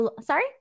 Sorry